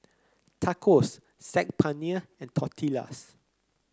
Tacos Saag Paneer and Tortillas